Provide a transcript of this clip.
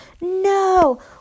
no